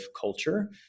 culture